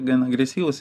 gan agresyvūs